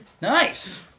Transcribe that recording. Nice